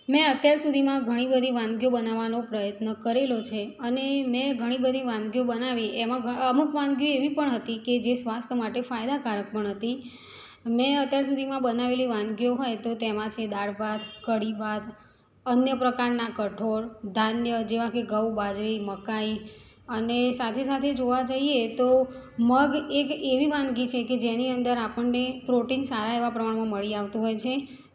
મેં અત્યાર સુધીમાં ઘણી બધી વાનગીઓ બનાવવાનો પ્રયત્ન કરેલો છે અને મેં ઘણી બધી વાનગીઓ બનાવી એમાં ઘ અમુક વાનગીઓ એવી પણ હતી કે જે સ્વાસ્થ્ય માટે ફાયદાકારક પણ હતી મેં અત્યાર સુધીમાં બનાવેલી વાનગીઓ હોય તો તેમાં છે દાળ ભાત કઢી ભાત અન્ય પ્રકારનાં કઠોળ ધાન્ય જેવાં કે ઘઉં બાજરી મકાઈ અને સાથે સાથે જોવા જઈએ તો મગ એક એવી વાનગી છે કે જેની અંદર આપણને પ્રોટીન સારા એવાં પ્રમાણમાં મળી આવતું હોય છે